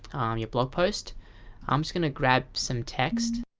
um your blog post i'm just gonna grabe some text